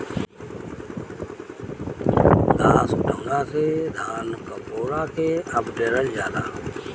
घास उठौना से धान क पुअरा के अवडेरल जाला